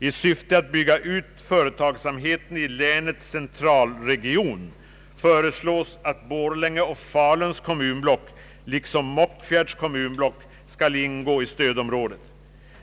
I syfte att bygga ut företagsamheten i länets centralregion föreslås att Borlänge och Faluns kommunblock liksom Mockfjärds kommunblock skall ingå i stödområdet.